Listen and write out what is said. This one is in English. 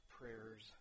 prayers